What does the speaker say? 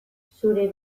zure